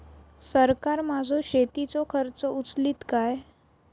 सरकार माझो शेतीचो खर्च उचलीत काय?